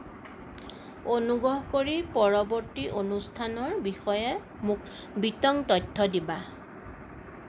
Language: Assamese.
অনুগ্ৰহ কৰি পৰৱৰ্তী অনুষ্ঠানৰ বিষয়ে মোক বিতং তথ্য দিবা